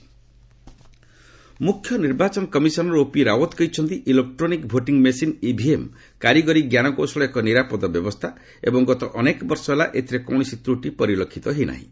CEC EVM ମୁଖ୍ୟ ନିର୍ବାଚନ commissioner OP Rawat କହିଛନ୍ତି ଇଲେକ୍ଟୋନିକ୍ ଭୋଟିଂ ମେସିନ୍ ଇଭିଏମ୍ କାରିଗରୀ ଜ୍ଞାନକୌଶଳର ଏକ ନିରାପଦ ବ୍ୟବସ୍ଥା ଏବଂ ଗତ ଅନେକ ବର୍ଷ ହେଲା ଏଥିରେ କୌଣସି ତ୍ରଟି ପରିଲକ୍ଷିତ ହୋଇନାହିଁ